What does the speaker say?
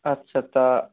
আচ্ছা তা